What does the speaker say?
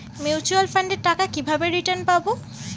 Mutual ফান্ডের টাকা কিভাবে রিটার্ন পাব?